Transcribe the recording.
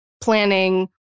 planning